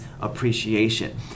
appreciation